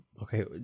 Okay